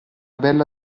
bella